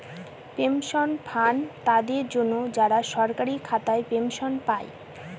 pension fund তাদের জন্য, যারা সরকারি খাতায় পেনশন পায়